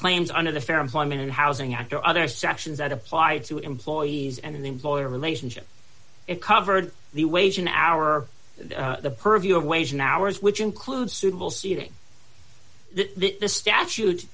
claims under the fair employment and housing act or other sections that apply to employees and the employer relationship it covered the wage an hour the purview of wage in hours which includes suitable seating that the statute